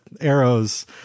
arrows